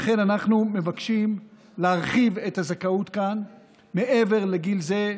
לכן אנחנו מבקשים להרחיב את הזכאות כאן מעבר לגיל זה,